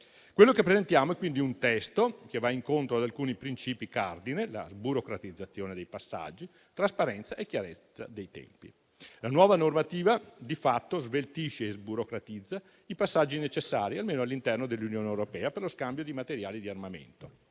Quello che presentiamo è quindi un testo che va incontro ad alcuni principi cardine: sburocratizzazione dei passaggi, trasparenza e chiarezza dei tempi. La nuova normativa di fatto sveltisce e sburocratizza i passaggi necessari, almeno all'interno dell'Unione europea, per lo scambio di materiali di armamento.